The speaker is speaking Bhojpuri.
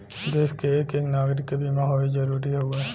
देस के एक एक नागरीक के बीमा होए जरूरी हउवे